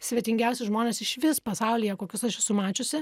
svetingiausi žmonės išvis pasaulyje kokius aš esu mačiusi